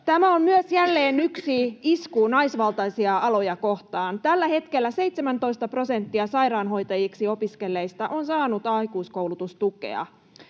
Tämä on myös jälleen yksi isku naisvaltaisia aloja kohtaan. Tällä hetkellä 17 prosenttia sairaanhoitajiksi opiskelleista on saanut aikuiskoulutustukea.